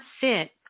sit